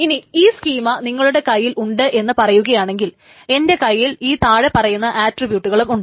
ഇനി ഈ സ്കീമാ നിങ്ങളുടെ കൈയിൽ ഉണ്ട് എന്ന് പറയുകയാണെങ്കിൽ എന്റെ കൈയിൽ ഈ താഴെ പറയുന്ന ആട്രിബ്യൂട്ടുകൾ ഉണ്ട്